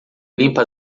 limpa